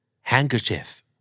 Handkerchief